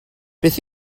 beth